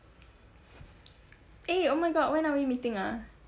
eh oh my god when are we meeting ah